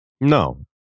No